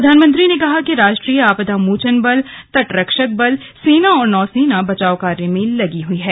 प्रधानमंत्री ने कहा कि राष्ट्रीय आपदा मोचन बल तटरक्षक बल सेना और नौसेना बचाव कार्य में लगे हैं